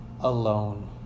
alone